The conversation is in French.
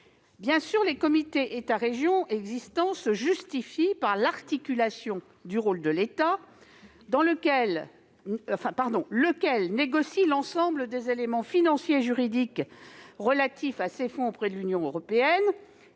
(Feader). Les comités État-région existants se justifient évidemment par l'articulation des rôles entre l'État, lequel négocie l'ensemble des éléments financiers juridiques relatifs à ces fonds auprès de l'Union européenne,